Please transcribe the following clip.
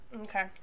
Okay